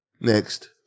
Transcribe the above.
Next